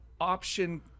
option